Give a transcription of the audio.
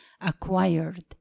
acquired